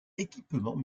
équipement